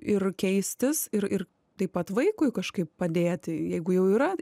ir keistis ir ir taip pat vaikui kažkaip padėti jeigu jau yra